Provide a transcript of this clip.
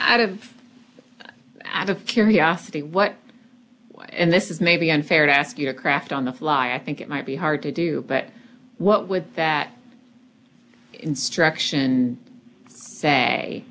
out of out of curiosity what and this is maybe unfair to ask you to craft on the fly i think it might be hard to do but what with that instruction say